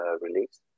release